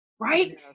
Right